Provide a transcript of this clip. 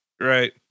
right